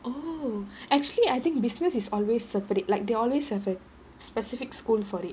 oh actually I think business is always separate like they always have a specific school for it